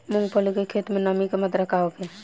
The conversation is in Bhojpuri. मूँगफली के खेत में नमी के मात्रा का होखे?